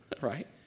right